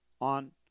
on